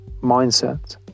mindset